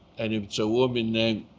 and if it's a woman name,